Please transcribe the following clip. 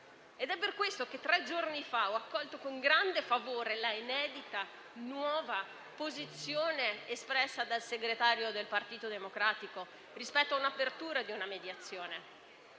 È per questo che tre giorni fa ho accolto con grande favore l'inedita nuova posizione espressa dal segretario del Partito Democratico rispetto all'apertura di una mediazione.